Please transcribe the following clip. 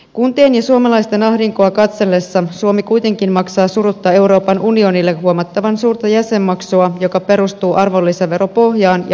kuntien ja suomalaisten ahdinkoa katsellessa suomi kuitenkin maksaa surutta euroopan unionille huomattavan suurta jäsenmaksua joka perustuu arvonlisäveropohjaan ja bruttokansantuloon